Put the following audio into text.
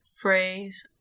phrase